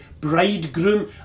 bridegroom